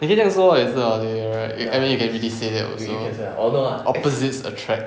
I think that so right this type of day right I you can say that also opposites attract